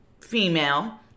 female